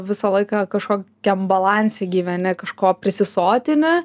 visą laiką kažkokiam balanse gyveni kažko prisisotini